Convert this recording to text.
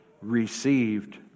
received